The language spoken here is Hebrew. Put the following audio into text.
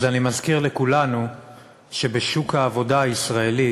אני מזכיר לכולנו שבשוק העבודה הישראלי